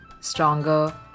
stronger